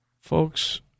Folks